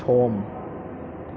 सम